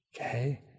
Okay